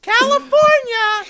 California